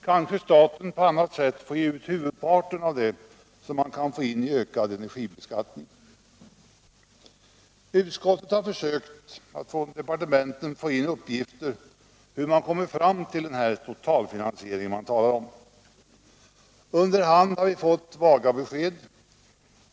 Kanske staten på annat sätt får ge ut huvudparten av det man kan få in i ökad energiskatt. Utskottet har försökt att från departementen få in uppgifter om hur man kommit fram till den totalfinansiering man talar om. Under hand har vi fått vaga besked.